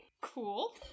Cool